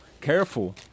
Careful